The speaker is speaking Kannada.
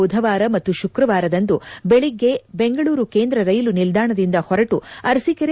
ಬುಧವಾರ ಮತ್ತು ಶುಕ್ರವಾರದಂದು ಬೆಳಗ್ಗೆ ಬೆಂಗಳೂರು ಕೇಂದ್ರ ರೈಲು ನಿಲ್ದಾಣದಿಂದ ಹೊರಟು ಅರಸೀಕೆರೆ